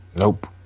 Nope